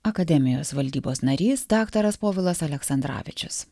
akademijos valdybos narys daktaras povilas aleksandravičius